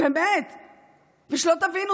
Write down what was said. ושלא תבינו,